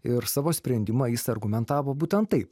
ir savo sprendimą jis argumentavo būtent taip